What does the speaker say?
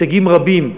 הישגים רבים,